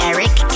Eric